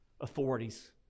authorities